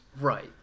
Right